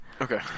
Okay